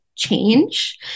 Change